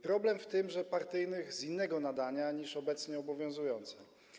Problem w tym, że partyjnych z innego nadania niż obecnie obowiązujące.